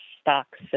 stocks